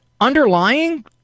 Underlying